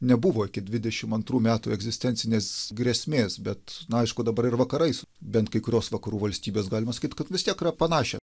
nebuvo iki dvidešimt antrų metų egzistencinės grėsmės bet na aišku dabar ir vakarais bent kai kurios vakarų valstybės galima sakyt kad vis tiek yra panašią